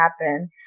happen